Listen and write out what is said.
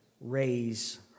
raise